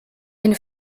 eine